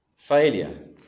Failure